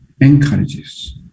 encourages